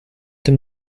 tym